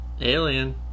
Alien